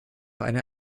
eine